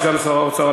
סגן שר האוצר,